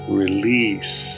release